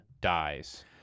dies